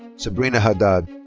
sabrina haddad.